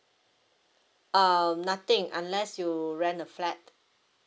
um nothing unless you rent a flat